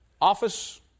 office